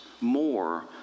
more